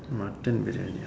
Mutton briyani